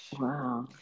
Wow